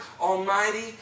Almighty